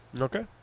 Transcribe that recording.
Okay